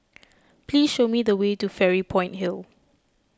please show me the way to Fairy Point Hill